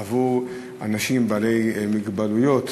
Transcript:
עבור אנשים בעלי מוגבלויות